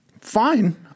fine